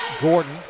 Gordon